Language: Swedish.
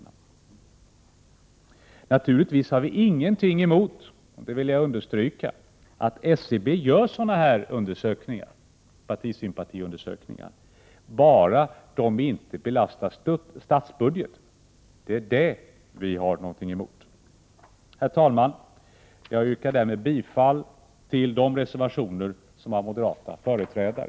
Jag vill understryka att vi naturligtvis inte har något emot att SCB gör sådana partisympatiundersökningar, bara de inte belastar statsbudgeten. Det är det vi motsätter oss. Herr talman! Jag yrkar därmed bifall till de reservationer som har moderata företrädare.